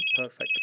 perfect